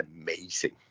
amazing